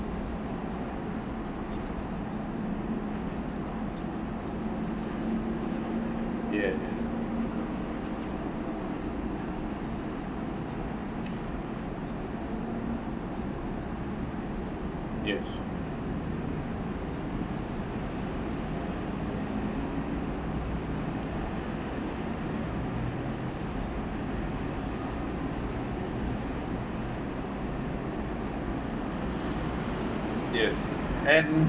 ya yes yes and